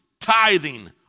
tithing